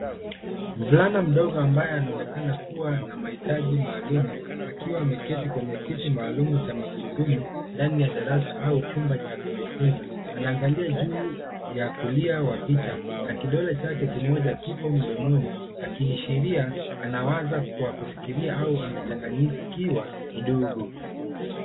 Mvulana mdogo ambaye anaonekana kuwa na mahitaji maalum akiwa ameketi kwenye kiti maalum cha magurudumu, ndani ya darasa au chumba cha kujifunza. Anaangalia juu ya kulia wa picha, na kidole chake kimoja kipo mdomoni akiashiria anawaza kwa kufikiria au amechanganyikiwa kidogo.